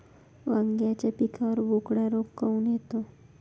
वांग्याच्या पिकावर बोकड्या रोग काऊन येतो?